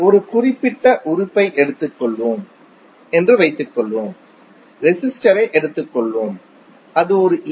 ஒரு குறிப்பிட்ட உறுப்பை எடுத்துக்கொள்வோம் என்று வைத்துக்கொள்வோம் ரெசிஸ்டரை எடுத்துக்கொள்வோம் அது ஒரு ஏ